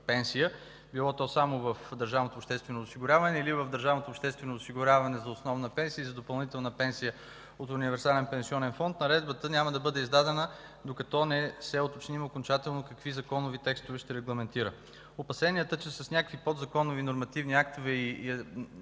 пенсия – било то само в държавното обществено осигуряване или в държавното обществено осигуряване за основна пенсия и за допълнителна пенсия от Универсален пенсионен фонд, наредбата няма да бъде издадена, докато не се уточним окончателно какви законови текстове ще регламентира. Опасенията, че с някакви подзаконови нормативни актове и